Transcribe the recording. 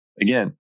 again